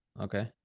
okay